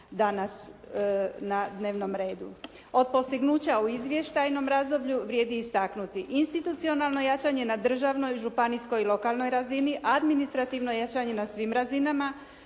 danas na dnevnom redu. Od postignuća u izvještajnom razdoblju vrijedi istaknuti. Institucionalno jačanje na državnoj, županijskoj i lokalnoj razini, administrativno jačanje na svim razinama,